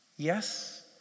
Yes